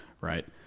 Right